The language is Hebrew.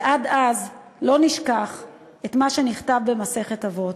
עד אז לא נשכח את מה שנכתב במסכת אבות: